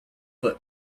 but